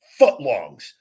Footlongs